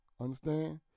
understand